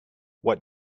what